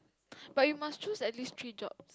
but you must choose at least three job